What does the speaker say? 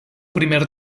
primer